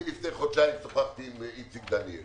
לפני חודשיים שוחחתי עם איציק דניאל